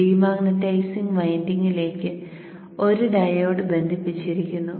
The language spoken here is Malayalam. ഡീമാഗ്നെറ്റൈസിംഗ് വൈൻഡിംഗിലേക്ക് ഒരു ഡയോഡ് ബന്ധിപ്പിച്ചിരിക്കുന്നു